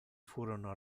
furono